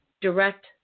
direct